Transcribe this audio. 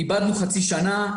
נאבד חצי שנה,